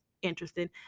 interested